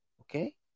okay